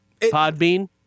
podbean